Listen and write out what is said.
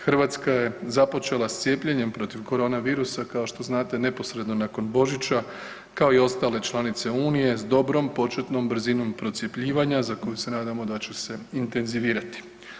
Hrvatska je započela s cijepljenjem protiv korona virusa kao što znate neposredno nakon Božića kao i ostale članice unije s dobrom početnom brzinom procjepljivanja za koju se nadamo da će se intenzivirati.